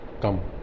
come